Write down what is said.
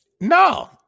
No